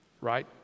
right